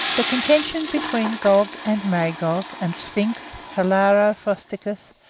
the contention between gog and magog, and sphinx, hilaro frosticos,